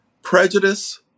prejudice